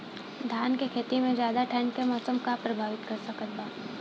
धान के खेती में ज्यादा ठंडा के मौसम का प्रभावित कर सकता बा?